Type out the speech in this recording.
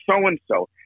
so-and-so